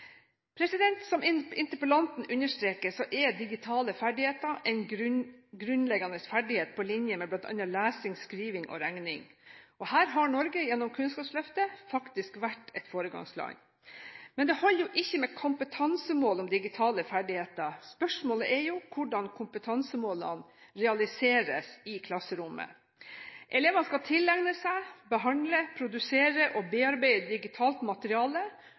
i skolen. Som interpellanten understreker, er digitale ferdigheter grunnleggende ferdigheter på linje med bl.a. lesing, skriving og regning. Her har Norge gjennom Kunnskapsløftet faktisk vært et foregangsland. Men det holder ikke med kompetansemål om digitale ferdigheter. Spørsmålet er jo hvordan kompetansemålene realiseres i klasserommet. Elevene skal tilegne seg, behandle, produsere og bearbeide digitalt materiale,